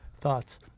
Thoughts